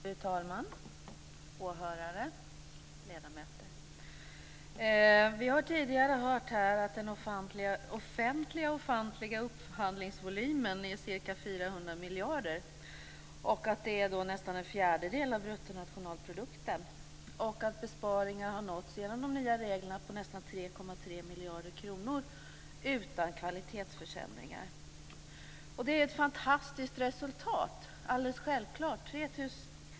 Fru talman! Åhörare och ledamöter! Vi har tidigare hört att den ofantliga - den offentliga ofantliga - upphandlingsvolymen är ca 400 miljarder kronor, och att det är nästan fjärdedel av bruttonationalprodukten. Vi har också hört att besparingar på nästan 3,3 miljarder kronor har nåtts genom de nya reglerna utan kvalitetsförsämringar. Det är ett fantastiskt resultat, det är alldeles självklart.